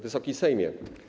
Wysoki Sejmie!